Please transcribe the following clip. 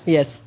Yes